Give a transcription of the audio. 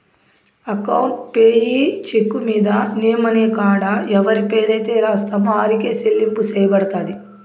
account payee cheque మీద name అనే కాడ ఎవరి పేరైతే రాస్తామో ఆరికే సెల్లింపు సెయ్యబడతది